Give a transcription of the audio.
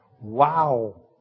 Wow